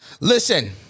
Listen